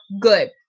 good